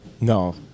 No